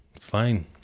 fine